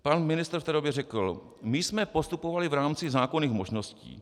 Pan ministr v té době řekl: My jsme postupovali v rámci zákonných možností.